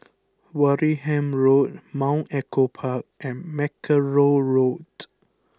Wareham Road Mount Echo Park and Mackerrow Road